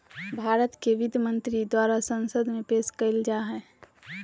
भारत के वित्त मंत्री द्वारा संसद में पेश कइल जा हइ